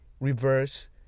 reverse